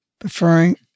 preferring